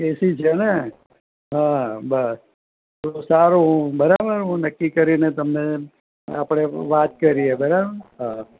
એસી છે ને હા બસ તો સારું હું બરાબર હું નક્કી કરીને તમને આપણે વાત કરીએ બરાબર હા